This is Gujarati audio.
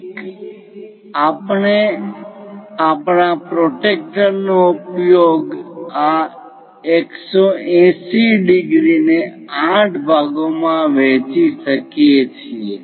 એક આપણે આપણા પ્રોટ્રેક્ટર નો ઉપયોગ આ 180° ને 8 ભાગોમાં વહેંચી શકીએ છીએ